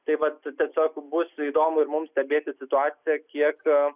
tai vat tiesiog bus įdomu ir mums stebėti situaciją kiek